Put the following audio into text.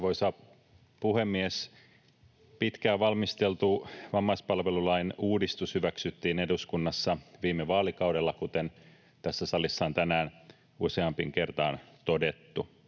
puhemies! Pitkään valmisteltu vammaispalvelulain uudistus hyväksyttiin eduskunnassa viime vaalikaudella, kuten tässä salissa on tänään useampaan kertaan todettu.